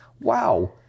wow